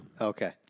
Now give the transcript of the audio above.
Okay